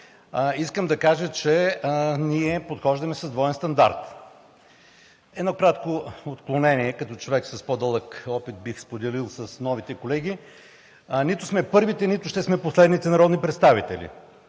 Искам да кажа, че ние подхождаме с двоен стандарт. Едно кратко отклонение. Като човек с по-дълъг опит, бих споделил с новите колеги – нито сме първите, нито ще сме последните народни представители.